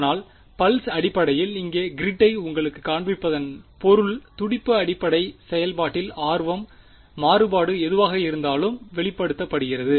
அதனால் பல்ஸ் அடிப்படையில் இங்கே கிறிட்டை உங்களுக்குக் காண்பித்ததன் பொருள் துடிப்பு அடிப்படை செயல்பாட்டில் ஆர்வம் மாறுபாடு எதுவாக இருந்தாலும் வெளிப்படுத்தப்படுகிறது